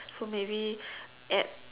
so maybe add